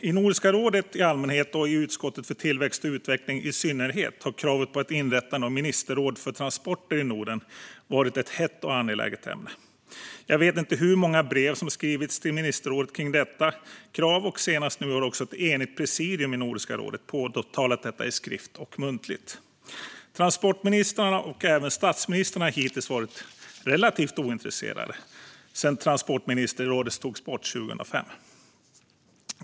I Nordiska rådet i allmänhet och i utskottet för tillväxt och utveckling i synnerhet har kravet på ett inrättande av ett ministerråd för transporter i Norden varit ett hett och angeläget ämne. Jag vet inte hur många brev som skrivits till ministerrådet om detta krav. Senast har också ett enigt presidium i Nordiska rådet påpekat detta i skrift och muntligt. Transportministrarna och statsministrarna har hittills varit relativt ointresserade sedan transportministerrådet togs bort 2005.